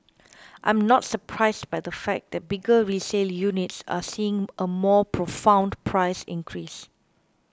I am not surprised by the fact that bigger resale units are seeing a more profound price increase